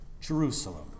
Jerusalem